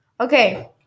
Okay